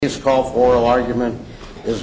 it's called oral argument is